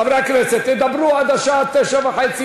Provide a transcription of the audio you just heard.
חברי הכנסת: ידברו עד השעה 21:30,